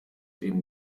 eben